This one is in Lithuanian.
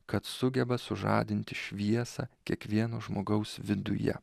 kad sugeba sužadinti šviesą kiekvieno žmogaus viduje